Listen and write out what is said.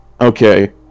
Okay